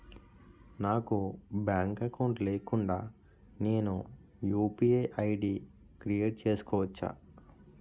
నాకు bank account లేకుండా నేను యు.పి.ఐ ఐ.డి క్రియేట్ చేసుకోవచ్చా?